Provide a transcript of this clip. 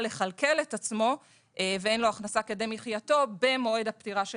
לכלכל את עצמו ואין לו הכנסה כדי מחייתו במועד הפטירה של